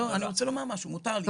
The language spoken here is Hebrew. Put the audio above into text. אני רוצה לומר משהו.